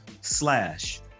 slash